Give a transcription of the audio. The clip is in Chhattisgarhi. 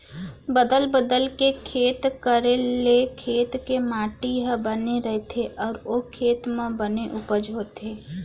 बदल बदल के खेत करे ले खेत के माटी ह बने रइथे अउ ओ खेत म बने उपज होथे